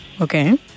Okay